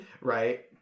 right